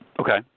Okay